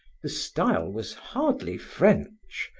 the style was hardly french.